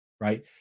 right